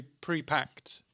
pre-packed